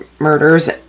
murders